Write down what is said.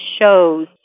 shows